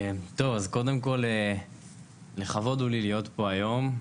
טוב, אז קודם כל לכבוד הוא לי להיות פה היום.